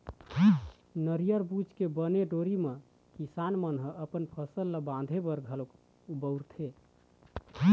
नरियर बूच के बने डोरी म किसान मन ह अपन फसल ल बांधे बर घलोक बउरथे